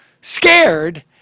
scared